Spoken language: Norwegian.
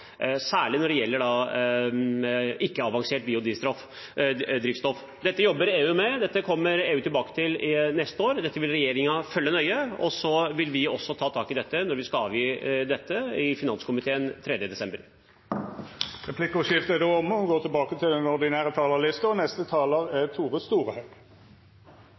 Særlig bekymringsfullt er den avledede nedhuggingseffekten man har når man øker omsetningskravet for f.eks. biodrivstoff, og særlig når det gjelder ikke-avansert biodrivstoff. Dette jobber EU med. Dette kommer EU tilbake til neste år. Regjeringen vil følge det nøye, og vi vil også ta tak i det når vi skal avgi dette i finanskomiteen 3. desember. Replikkordskiftet er då omme.